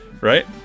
Right